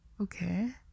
okay